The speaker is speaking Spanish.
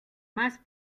más